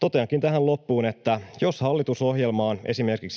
Toteankin tähän loppuun, että jos esimerkiksi hallitusohjelmaan